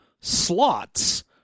slots